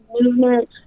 movement